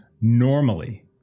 Normally